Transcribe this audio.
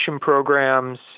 programs